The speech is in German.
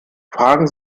fragen